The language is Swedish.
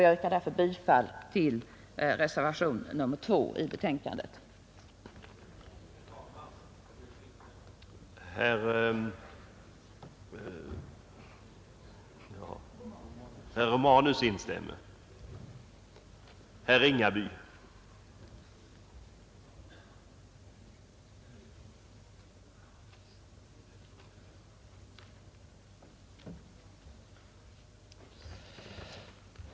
Jag yrkar med det anförda bifall till reservationen 2 i socialförsäkringsutskottets betänkande nr 15.